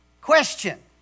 Question